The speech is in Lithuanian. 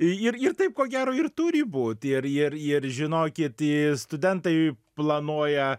ir ir taip ko gero ir turi būt ir ir ir žinokit i studentai planuoja